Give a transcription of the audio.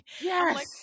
Yes